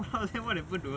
!wow! what happened to her